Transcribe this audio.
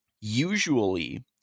usually